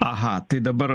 aha tai dabar